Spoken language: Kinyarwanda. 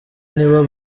nibo